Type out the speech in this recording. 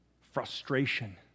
frustration